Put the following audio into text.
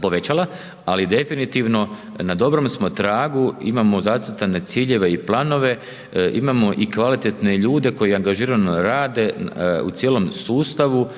povećala, ali definitivno na dobrom smo tragu, imamo zacrtane ciljeve i planove, imamo i kvalitetne ljude koji angažirano rade u cijelom sustavu,